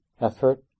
effort